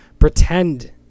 pretend